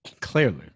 Clearly